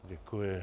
Děkuji.